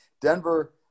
Denver